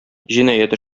җинаять